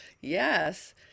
Yes